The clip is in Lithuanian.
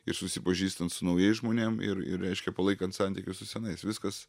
ir susipažįstant su naujais žmonėm ir ir reiškia palaikant santykius su senais viskas